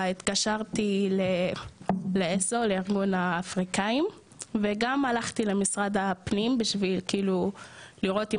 התקשרתי לארגון האפריקאי ASO וגם הלכתי למשרד הפנים בשביל לראות אם